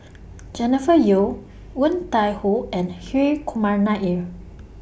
Jennifer Yeo Woon Tai Ho and Hri Kumar Nair